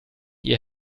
ihr